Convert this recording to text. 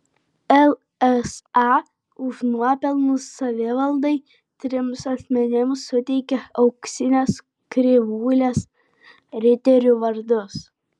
lsa už nuopelnus savivaldai trims asmenims suteikė auksinės krivūlės riterių vardus